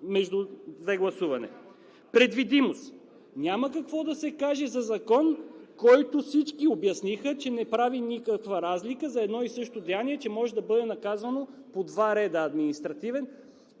КРУМ ЗАРКОВ: Предвидимост! Няма какво да се каже за закон, който всички обясниха, че не прави никаква разлика за едно и също деяние, че може да бъде наказано по два реда – административен